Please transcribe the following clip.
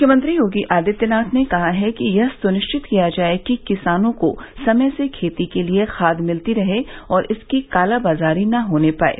मुख्यमंत्री योगी आदित्यनाथ ने कहा है कि यह सुनिश्चित किया जाये कि किसानों को समय से खेती के लिये खाद मिलती रहे और इसकी कालाबाजारी न होने पाये